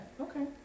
Okay